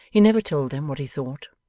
he never told them what he thought,